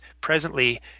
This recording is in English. presently